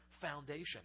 foundation